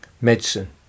medicine